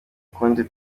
kundi